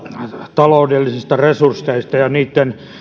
taloudellisista resursseista ja niitten